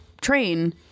train